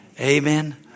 Amen